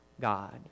God